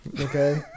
okay